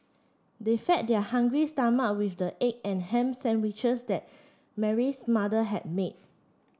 they fed their hungry stomach with the egg and ham sandwiches that Mary's mother had made